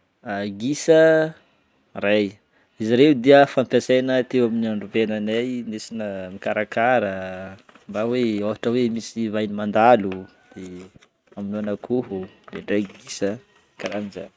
gisa ray. Izy ireo dia fampiasaina teo amin'ny androm-piainanay, nisy na- nikarakara, mba hoe ôhatra hoe misy vahiny mandalo de hamonoana akôho ndraindray gisa karahan'jany.